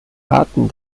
arten